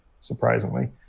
surprisingly